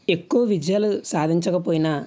ఎక్కువ విజయాలు సాధించకపోయినా